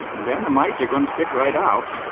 then the mites are going to stick right out